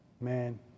man